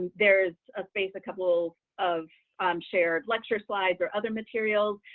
there's a space, a couple of shared lecture slides or other materials,